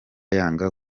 yanga